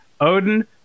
Odin